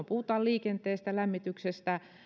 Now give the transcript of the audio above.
puhutaan liikenteestä lämmityksestä